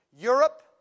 Europe